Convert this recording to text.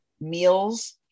meals